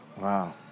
Wow